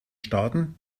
staaten